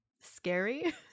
scary